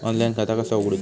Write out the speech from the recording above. Online खाता कसा उगडूचा?